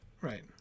Right